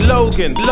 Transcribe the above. Logan